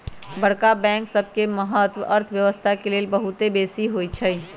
बड़का बैंक सबके महत्त अर्थव्यवस्था के लेल बहुत बेशी होइ छइ